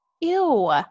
Ew